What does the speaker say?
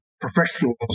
professionals